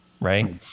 right